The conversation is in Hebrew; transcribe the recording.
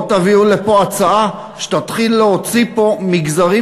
לא תביאו לפה הצעה שתתחיל להוציא מגזרים